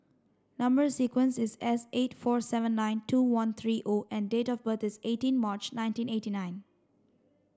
number sequence is S eight four seven nine two one three O and date of birth is eighteen March nineteen eighty nine